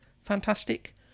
fantastic